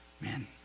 Man